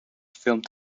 filmed